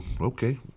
okay